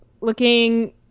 looking